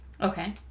Okay